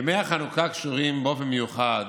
ימי החנוכה קשורים באופן מיוחד